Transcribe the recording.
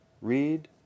read